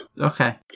Okay